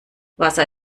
wasser